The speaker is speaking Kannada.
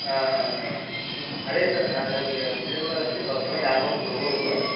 ಹಾಂ ಹಾಂ ಹಾಂ ಹಾಂ ಅದೇ ಸರ್ ಬಿಸ್ನೆಸ್ ಬರ್ತದ ಕಾರ್ ಲೋನ್ ಕೊಡ್ಬೋದು